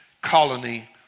colony